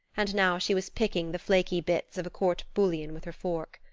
and now she was picking the flaky bits of a court bouillon with her fork.